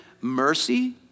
mercy